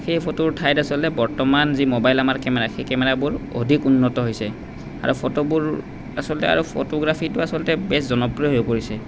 সেই ফটোৰ ঠাইত আচলতে বৰ্তমান যি মোবাইল আমাৰ কেমেৰা সেই কেমেৰাবোৰ অধিক উন্নত হৈছে আৰু ফটোবোৰ আচলতে আৰু ফটোগ্ৰাফীটো আচলতে বেছ জনপ্ৰিয় হৈ পৰিছে